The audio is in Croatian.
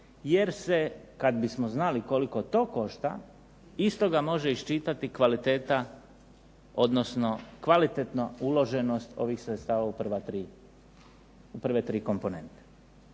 jer se kada bismo znali koliko to košta iz toga može iščitati kvaliteta odnosno kvalitetno uloženo ovih sredstva u prave tri komponente.